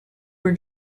were